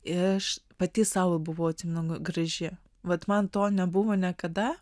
ir aš pati sau buvau atsimenu graži vat man to nebuvo niekada